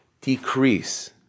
decrease